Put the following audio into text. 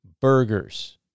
Burgers